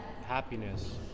happiness